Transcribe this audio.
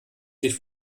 sich